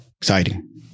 exciting